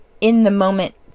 in-the-moment